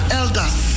elders